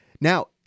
Now